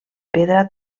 pedra